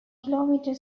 kilometre